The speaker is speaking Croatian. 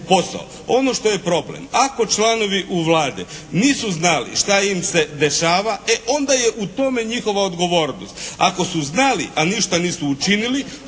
posao. Ono što je problem, ako članovi u Vladi nisu znali šta im se dešava, e onda je u tome njihova odgovornost. Ako su znali, a ništa nisu učinili,